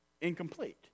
Incomplete